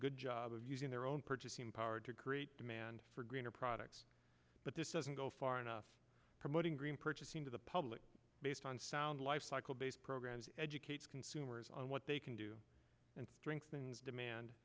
good job of using their own purchasing power to create demand for greener products but this doesn't go far enough promoting green purchasing to the public based on sound lifecycle based programs educates consumers on what they can do and drink things demand